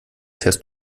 fährst